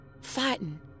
fighting